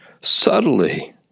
subtly